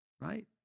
right